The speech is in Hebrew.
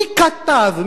מי כתב?